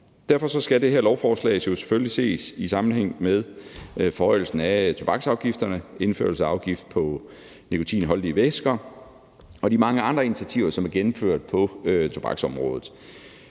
Derfor skal det her lovforslag jo selvfølgelig ses i sammenhæng med forhøjelsen af tobaksafgifterne, indførelse af afgift på nikotinholdige væsker og de mange andre initiativer, som er gennemført på tobaksområdet.